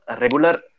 regular